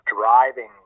driving